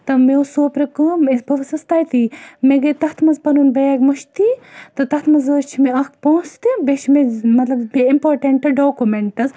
تہٕ مےٚ ٲس سوپرٕ کٲم بہٕ حظ ٲسٕس تَتی مےٚ گٔے تَتھ مَنٛز پَنُن بیگ مٔشدی تہٕ تَتھ مَنٛز حظ چھِ مےٚ اکھ پونٛسہٕ تہٕ بییٚہِ چھُ مےٚ مَطلَب بییٚہِ اِمپوٹَنٛٹ ڈوکومینٹٕز